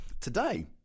today